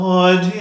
Lord